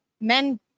men